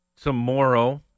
tomorrow